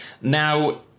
Now